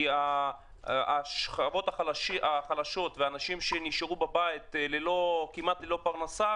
כי השכבות החלשות והנשים שנשארו בבית ללא פרנסה כמעט,